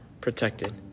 protected